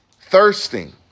thirsting